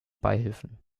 beihilfen